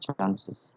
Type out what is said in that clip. chances